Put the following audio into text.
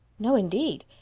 no, indeed.